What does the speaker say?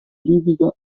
critica